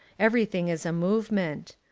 every thing is a movement.